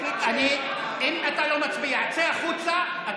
אתה לא מצביע, צא החוצה.